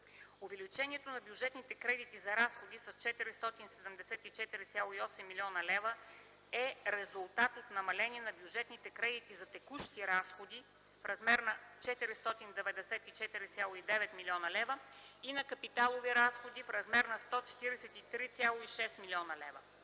Увеличението на бюджетните кредити за разходи с 474,8 млн. лв. е резултат от намаление на бюджетните кредити за текущи разходи в размер на 494,9 млн. лв. и на капиталовите разходи със 143,6 млн.лв.,